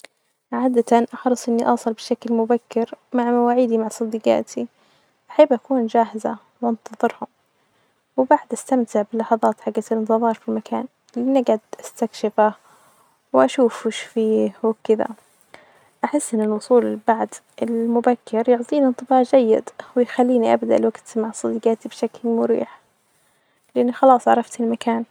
عادة أحرص إني أوصل بشكل مبكر مع مواعيدي مع صديجاتي، أحب أكون جاهزة وأنتظرهم، وبعد أستمتع بلحظات حج الإنتظار في مكان ونجد أستكشفة ونشوف وش فية وكدة، أحس إن الوصول بعد المبكر يعطينا إنطباع جيد ويخليني أبدأ الوجت مع صديجاتي بشكل مريح، لأنه خلاص عرفت المكان.